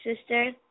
sister